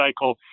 cycle